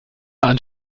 ans